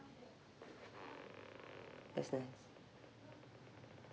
that's nice